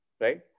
right